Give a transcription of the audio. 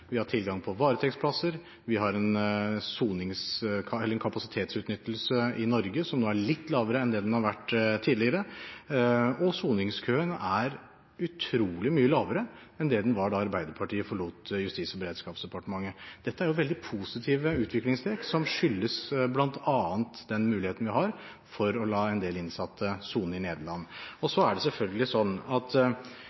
vi har tilgang på varetektsplasser, vi har en kapasitetsutnyttelse i Norge som nå er litt lavere enn det den har vært tidligere, og soningskøen er utrolig mye lavere enn det den var da Arbeiderpartiet forlot Justis- og beredskapsdepartementet. Dette er veldig positive utviklingstrekk, som bl.a. skyldes den muligheten vi har til å la en del innsatte sone i Nederland. Så er det selvfølgelig slik at